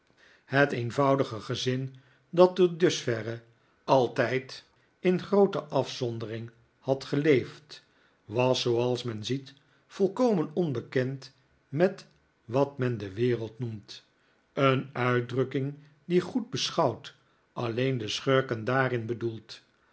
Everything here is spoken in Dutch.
het eenvoudige gezin dat tot dusverre altijd in groote afzondering had geleefd was zooals men ziet volkomen onbekend met wat men de wereld noemt een uitdrukking die goed beschouwd alleen de schurken daarin bedoelt